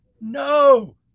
no